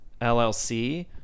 LLC